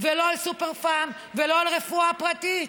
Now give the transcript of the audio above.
ולא על סופר-פארם ולא על רפואה פרטית.